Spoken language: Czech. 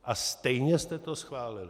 A stejně jste to schválili.